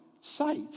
sight